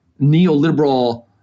neoliberal